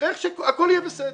תראה איך שהכול יהיה בסדר,